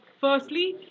Firstly